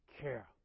care